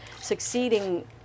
succeeding